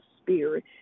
spirit